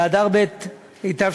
באדר ב' התשע"א,